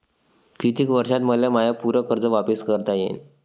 कितीक वर्षात मले माय पूर कर्ज वापिस करता येईन?